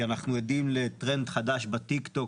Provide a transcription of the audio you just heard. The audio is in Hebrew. אנחנו עדים לטרנד חדש בטיק טוק,